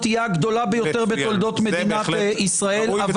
תהיה הגדולה ביותר בתולדות מדינת ישראל,